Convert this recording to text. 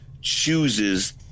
chooses